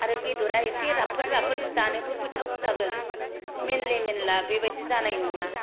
आरो बेदरा एसे राफोद राफोद जानोबो गोथाव जागोन मेनले मेनला बेबादि जानाय नङा